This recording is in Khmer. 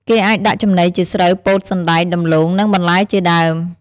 គេអាចដាក់ចំណីជាស្រូវ ពោត សណ្តែក ដំឡូង និងបន្លែជាដើម។